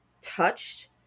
touched